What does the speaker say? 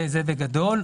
זה בגדול.